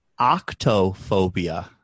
Octophobia